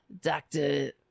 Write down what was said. Doctor